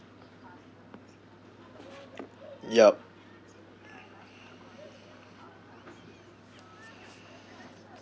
yup